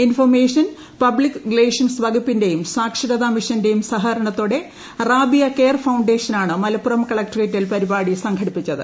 information public relations വകപ്പിന്റെയും സാക്ഷരതാ മിഷന്റെയും സഹകരണത്തോടെ റാബിയ കെയർ ഫൌണ്ടഷനാണ് മലപ്പുറം കളക്ട്രേറ്റിൽ പരിപാടി സംഘടിപ്പിച്ചത്